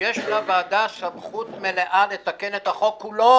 יש לוועדה סמכות מלאה לתקן את החוק כולו.